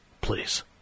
Please